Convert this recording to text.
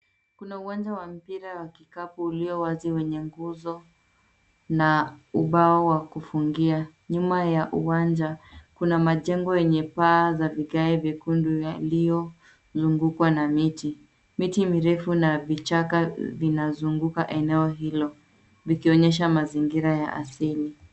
Kuna uwanja wa mpira wa kikapu ulio wazi wenye nguzo na ubao wa kufungia. Nyuma ya uwanjaa kuna majengo yenye paa za vigae vyekundu yaliyozungukwa na miti. Miti mirefu na vichaka vinazunguka eneo hilo vikionyesha mazingira ya asili.